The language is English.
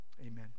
Amen